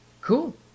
Cool